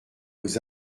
aux